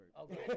Okay